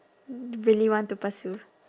really want to pursue